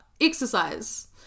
exercise